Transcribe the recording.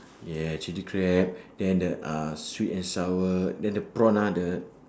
yeah chilli crab then the uh sweet and sour then the prawn ah the